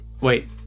Wait